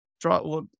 draw